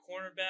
cornerback